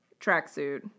tracksuit